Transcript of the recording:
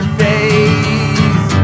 face